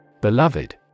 Beloved